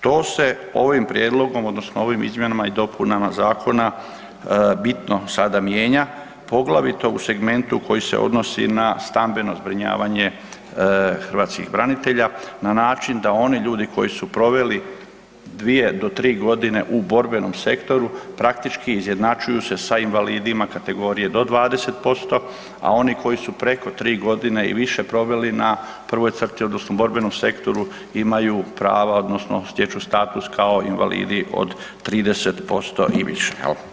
To se ovim prijedlogom odnosno ovim izmjenama i dopunama zakona bitno sada mijenja, poglavito u segmentu koji se odnosi na stambeno zbrinjavanje hrvatskih branitelja na način da oni ljudi koji su proveli 2 do 3.g. u borbenom sektoru praktički izjednačuju se sa invalidima kategorije do 20%, a oni koji su preko 3.g. i više proveli na prvoj crti odnosno borbenom sektoru imaju prava odnosno stječu status kao invalidi od 30% i više jel.